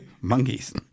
Monkeys